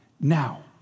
Now